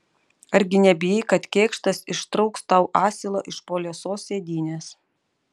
argi nebijai kad kėkštas ištrauks tau asilą iš po liesos sėdynės